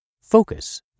Focus